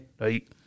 right